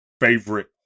favorite